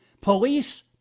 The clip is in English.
police